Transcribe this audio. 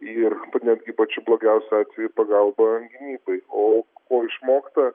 ir netgi pačiu blogiausiu atveju pagalba gynyboj o ko išmokta